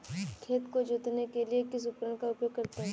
खेत को जोतने के लिए किस उपकरण का उपयोग करते हैं?